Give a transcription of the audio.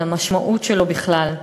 על המשמעות שלו בכלל.